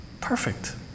Perfect